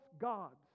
gods